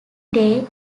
day